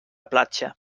platja